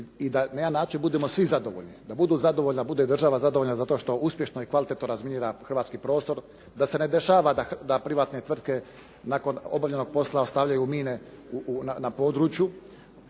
zadovoljni. Da budu zadovoljni, da bude država zadovoljna zato što uspješno i kvalitetno razminira hrvatski prostor, da se ne dešava da privatne tvrtke nakon obavljenog posla ostavljaju mine na području.